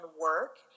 work